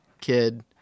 kid